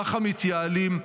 ככה מתייעלים.